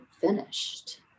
finished